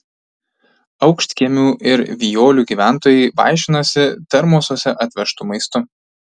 aukštkiemių ir vijolių gyventojai vaišinosi termosuose atvežtu maistu